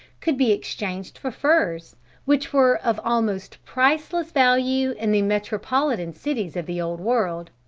could be exchanged for furs which were of almost priceless value in the metropolitan cities of the old world.